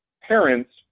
parents